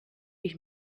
ich